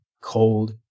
cold